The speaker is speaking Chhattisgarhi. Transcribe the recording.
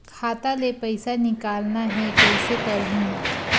खाता ले पईसा निकालना हे, कइसे करहूं?